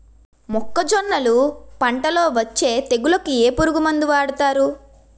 మొక్కజొన్నలు పంట లొ వచ్చే తెగులకి ఏ పురుగు మందు వాడతారు?